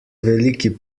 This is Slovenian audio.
veliki